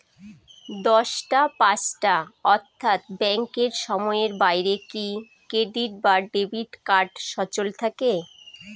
দশটা পাঁচটা অর্থ্যাত ব্যাংকের সময়ের বাইরে কি ক্রেডিট এবং ডেবিট কার্ড সচল থাকে?